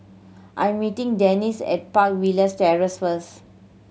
I'm meeting Dennis at Park Villas Terrace first